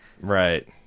Right